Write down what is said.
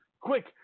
Quick